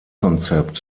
konzept